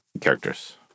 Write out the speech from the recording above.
characters